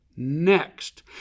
next